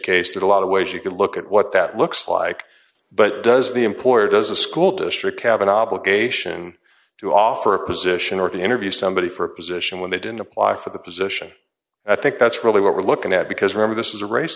that a lot of ways you could look at what that looks like but does the import does a school district cabin obligation to offer a position or to interview somebody for a position when they didn't apply for the position i think that's really what we're looking at because remember this is a race